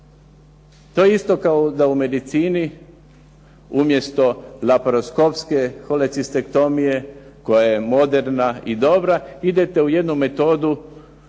To je isto kao da u medicini umjesto laporaskopske holecistektomije koja je moderna i dobra, idete u jednu metodu koja